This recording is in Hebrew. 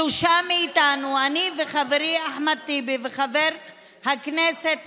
שלושה מאיתנו, אני וחברי אחמד טיבי וחבר הכנסת